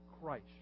Christ